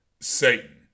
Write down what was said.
Satan